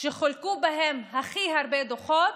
שחולקו בהם הכי הרבה דוחות,